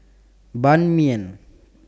Ban Mian